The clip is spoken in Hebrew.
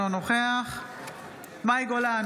אינו נוכח מאי גולן,